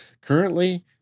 Currently